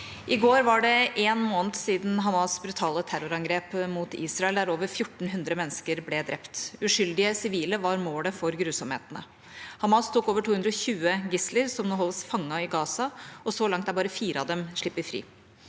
I går var det en måned siden Hamas’ brutale terrorangrep mot Israel, der over 1 400 mennesker ble drept. Uskyldige sivile var målet for grusomhetene. Hamas tok over 220 gisler som nå holdes fanget i Gaza, og så langt er bare fire av dem sluppet fri.